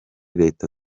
leta